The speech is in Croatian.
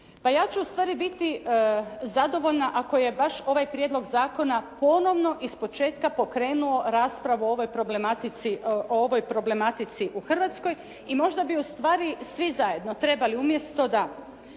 Pa ja ću ustvari biti zadovoljna ako je baš ovaj prijedlog zakona ponovno ispočetka pokrenuo raspravu o ovoj problematici u Hrvatskoj i možda bi ustvari svi zajedno trebali umjesto da